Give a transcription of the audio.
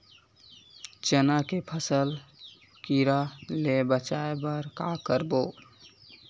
चना के फसल कीरा ले बचाय बर का करबो?